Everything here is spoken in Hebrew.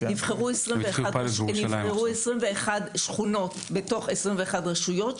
נבחרו 21 שכונות בתוך 21 רשויות,